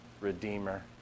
Redeemer